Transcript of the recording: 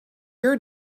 your